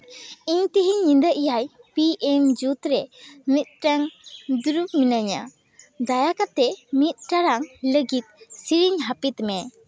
ᱤᱧ ᱛᱮᱦᱮᱧ ᱧᱤᱫᱟᱹ ᱮᱭᱟᱭ ᱯᱤ ᱮᱢ ᱡᱩᱫ ᱨᱮ ᱢᱤᱫᱴᱮᱱ ᱫᱩᱲᱩᱵ ᱢᱤᱱᱟᱹᱧᱟ ᱫᱟᱭᱟ ᱠᱟᱛᱮᱫ ᱢᱤᱫ ᱴᱟᱲᱟᱝ ᱞᱟᱹᱜᱤᱫ ᱥᱮᱨᱮᱧ ᱦᱟᱹᱯᱤᱫ ᱢᱮ